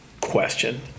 question